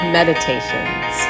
Meditations